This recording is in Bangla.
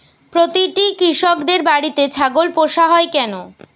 প্রতিটি কৃষকদের বাড়িতে ছাগল পোষা হয় কেন?